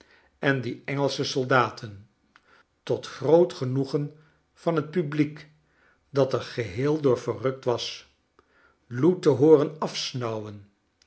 en die engelsche soldaten tot groot genoegen van het publiek dat er geheel door verrukt was lou te hooren afsnauwen